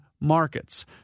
markets